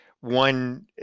One